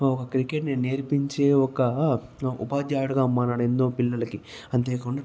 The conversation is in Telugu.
ఒక క్రికెట్ ని నేర్పించే ఒక ఉపాధ్యాయుడుగా మారాడు ఎన్నో పిల్లలకి అంతేకాకుండా